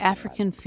African